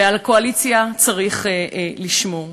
ועל הקואליציה צריך לשמור,